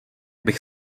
bych